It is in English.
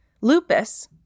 lupus